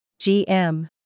GM